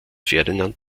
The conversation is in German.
ferdinand